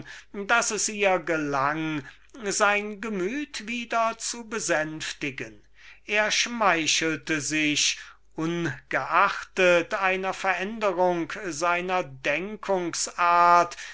daß es ihr gelang sein gemüte wieder zu besänftigen er schmeichelte sich daß ungeachtet einer veränderung seiner denkungsart